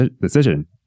decision